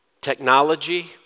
technology